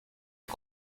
est